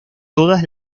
todas